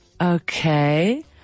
Okay